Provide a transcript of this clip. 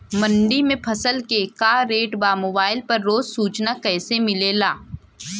मंडी में फसल के का रेट बा मोबाइल पर रोज सूचना कैसे मिलेला?